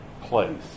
place